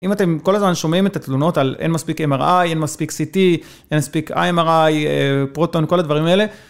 אם אתם כל הזמן שומעים את התלונות על אין מספיק MRI, אין מספיק CT, אין מספיק IMRI, פרוטון, כל הדברים האלה,